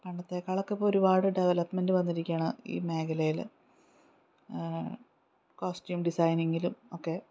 അവിടുത്തെക്കാളൊക്കെ ഇപ്പോൾ ഒരുപാട് ഡെവലപ്മെൻ്റ് വന്നിരിക്കുകയാണ് ഈ മേഖലയിൽ കോസ്റ്റ്യൂം ഡിസൈനിങ്ങിലും ഒക്കെ